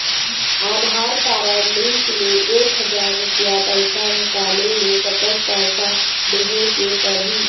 आधार card link ले एक हजार रुपया पैसा निकाले ले कतक पैसा देहेक पड़ही?